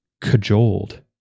cajoled